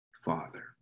Father